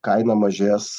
kaina mažės